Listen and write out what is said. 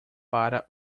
para